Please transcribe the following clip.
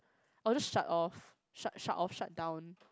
or just shut off shut shut off shut down